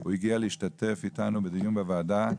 הוא הגיע להשתתף איתנו בדיון בוועדה,